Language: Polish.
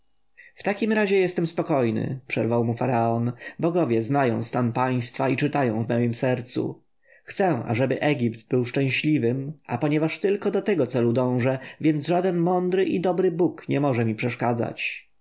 w takim razie jestem spokojny przerwał mu faraon bogowie znają stan państwa i czytają w mojem sercu chcę ażeby egipt był szczęśliwym a ponieważ tylko do tego celu dążę więc żaden mądry i dobry bóg nie może mi przeszkadzać